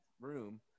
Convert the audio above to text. room